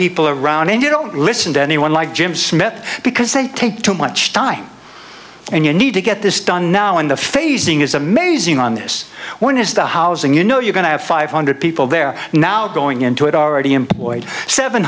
people around and you don't listen to anyone like jim smith because they take too much time and you need to get this done now and the phasing is amazing on this one is the housing you know you're going to have five hundred people there now going into it already employed seven